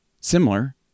similar